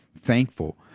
thankful